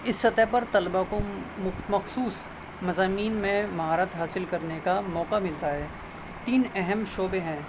اس سطح پر طلبا کو مخصوص مضامین میں مہارت حاصل کرنے کا موقع ملتا ہے تین اہم شعبے ہیں